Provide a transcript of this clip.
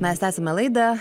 mes tęsiame laidą